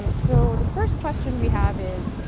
um so the first question we have is,